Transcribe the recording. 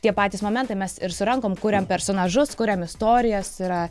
tie patys momentai mes ir su rankom kūriam personažus kuriam istorijos yra